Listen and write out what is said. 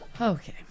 Okay